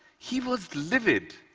he was livid,